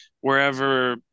wherever